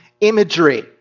imagery